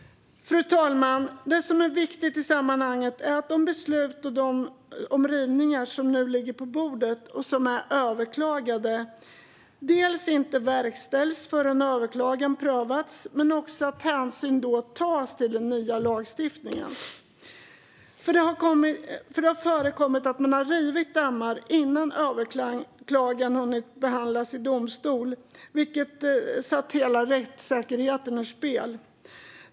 Fru talman! Det som är viktigt i sammanhanget är att de beslut om rivningar som nu ligger på bordet och som är överklagade inte verkställs förrän överklagan prövats, men också att hänsyn tas till den nya lagstiftningen. Det har nämligen förekommit att man rivit dammar innan överklagan har hunnit behandlas i domstol, vilket satt hela rättssäkerheten ur spel.